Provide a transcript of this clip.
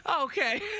Okay